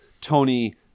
Tony